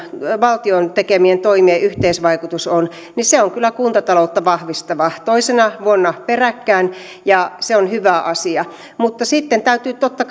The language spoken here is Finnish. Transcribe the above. valtion tekemien toimien yhteisvaikutus on niin se on kyllä kuntataloutta vahvistava toisena vuonna peräkkäin ja se on hyvä asia mutta sitten täytyy totta